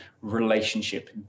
relationship